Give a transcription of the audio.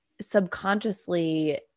subconsciously